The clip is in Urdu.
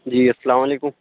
جی السّلام علیکم